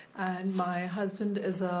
my husband is,